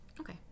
Okay